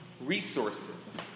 Resources